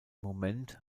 moment